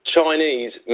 Chinese